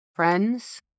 Friends